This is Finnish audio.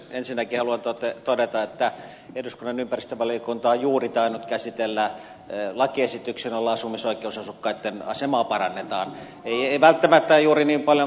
ensinnäkin haluan todeta että eduskunnan ympäristövaliokunta on juuri tainnut käsitellä lakiesityksen jolla asumisoikeusasukkaitten asemaa parannetaan ei välttämättä juuri niin paljon kuin ed